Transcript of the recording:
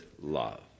love